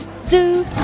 Zoo